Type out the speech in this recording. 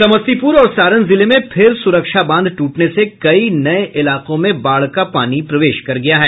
समस्तीपुर और सारण जिले में फिर सुरक्षा बांध टूटने से कई नये इलाकों में बाढ़ का पानी प्रवेश कर गया है